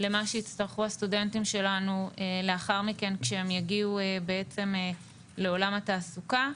למה שיצטרכו הסטודנטים שלנו לאחר מכן כשהם יגיעו בעצם לעולם התעסוקה,